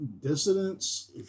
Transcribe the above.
dissidents